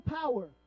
power